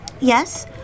Yes